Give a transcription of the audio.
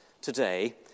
today